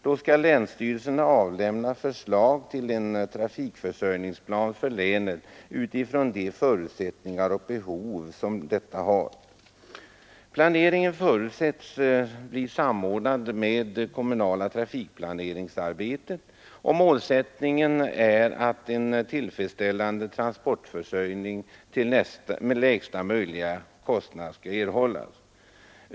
Då skall länsstyrelserna avlämna förslag till en trafikförsörjningsplan för länet utifrån de förutsättningar och behov som länet har. Planeringen förutsätts bli samordnad med kommunala trafikplaneringsarbeten. Målsättningen är en tillfredsställande transportförsörjning till lägsta möjliga kostnad.